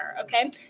Okay